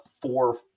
four